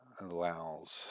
allows